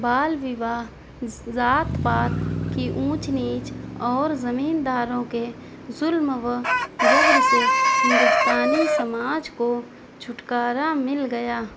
بال وِواہ ذات پات کی اونچ نیچ اور زمین داروں کے ظلم و جبر سے ہندوستانی سماج کو چھٹکارا مل گیا